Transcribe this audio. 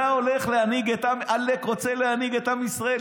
אתה עלק רוצה להנהיג את עם ישראל,